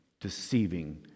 deceiving